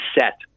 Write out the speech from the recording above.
set